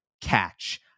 catch